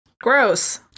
Gross